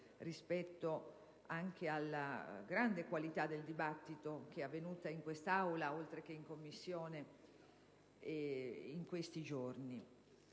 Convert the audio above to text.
rispetto alla pur alta qualità del dibattito che si è svolto in quest'Aula, oltre che in Commissione, in questi giorni.